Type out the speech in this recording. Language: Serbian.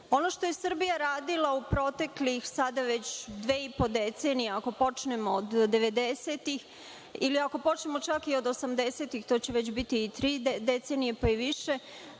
što je Srbija radila u protekle, sada već, dve i po decenije, ako počnemo od 90-ih, ili ako počnemo čak od 80-ih, to će biti i tri decenije, pa i više,